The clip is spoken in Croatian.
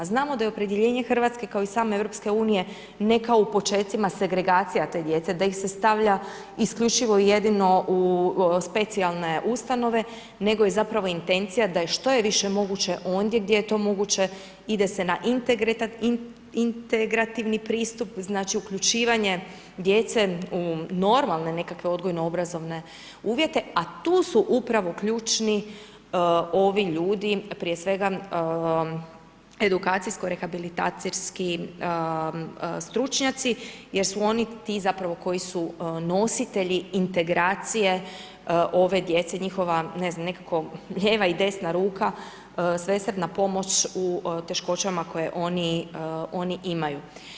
Znamo da je opredjeljenje Hrvatske kao i same EU ne kao u počecima segregacija te djece, da ih se stavlja isključivo i jedino u specijalne ustanove nego je zapravo intencija da je što je više moguće ondje gdje je to moguće ide se na integrativni pristup znači uključivanje djece u normalne nekakve odgojno obrazovne uvjete, a tu su upravo ključni ovi ljudi, prije svega edukacijsko rehabilitacijski stručnjaci, jer su oni ti zapravo koji su nositelji integracije ove djece, njihova ne znam nekako lijeva i desna ruka, svesrdna pomoć u teškoćama koje oni, oni imaju.